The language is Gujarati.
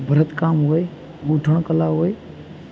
ભરતકામ હોય ગૂંથણ કળા હોય